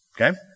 Okay